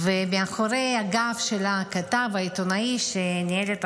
ומאחורי הגב של הכתב העיתונאי שניהל את